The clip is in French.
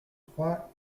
trois